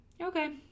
Okay